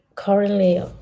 Currently